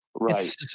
Right